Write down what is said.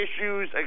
issues